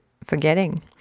forgetting